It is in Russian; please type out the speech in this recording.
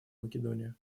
македония